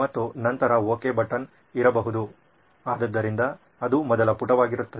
OK Button ಆದ್ದರಿಂದ ಅದು ಮೊದಲ ಪುಟವಾಗಿರುತ್ತದೆ